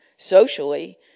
socially